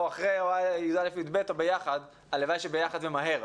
אחרי י"א-י"ב או ביחד - הלוואי שביחד ומהר,